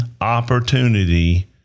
opportunity